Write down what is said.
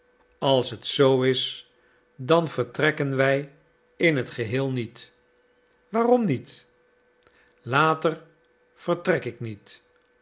als het zoo is dan vertrekken wij in het geheel niet waarom niet later vertrek ik niet